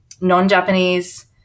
non-Japanese